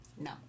No